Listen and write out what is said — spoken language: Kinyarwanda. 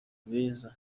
beza